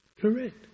correct